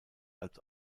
als